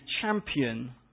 champion